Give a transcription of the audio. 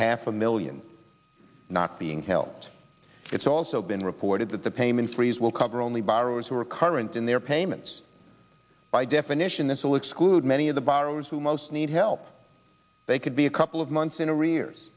half a million not being helped it's also been reported that the payment freeze will cover only borrowers who are current in their payments by definition this will exclude many of the borrowers who most need help they could be a couple of months in